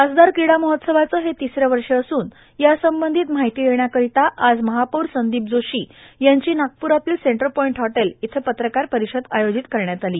खासदार क्रीडा महोत्सवाचं हे तिसरं वर्ष असून या संबंधित माहिती देण्याकरिता आज महापौर संदीप जोशी यांची सेंटर पॉईट हॉटेल इथं पत्रकार परिषद आयोजित करण्यात आली